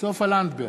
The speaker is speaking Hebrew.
סופה לנדבר,